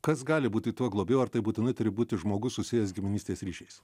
kas gali būti tuo globėju ar tai būtinai turi būti žmogus susijęs giminystės ryšiais